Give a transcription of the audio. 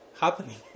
happening